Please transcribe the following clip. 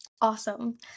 Awesome